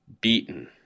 beaten